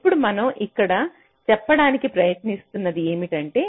ఇప్పుడు మనం ఇక్కడ చెప్పడానికి ప్రయత్నిస్తున్నది ఏమిటంటే